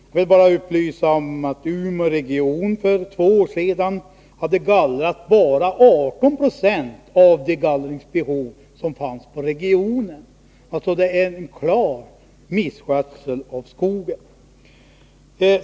Jag vill bara upplysa om att man inom Umeåregionen för två år sedan hade gallrat bara motsvarande 18 96 av det gallringsbehov som fanns inom regionen — det är en klar misskötsel av skogen.